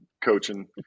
coaching